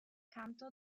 canto